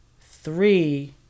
Three